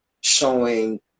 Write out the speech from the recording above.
showing